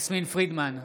יסמין פרידמן,